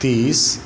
तीस